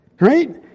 right